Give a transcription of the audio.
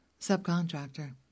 subcontractor